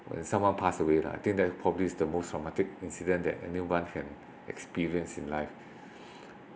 when someone pass away lah I think that's probably is the most traumatic incident that anyone can experience in life